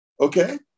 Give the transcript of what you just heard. okay